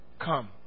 Come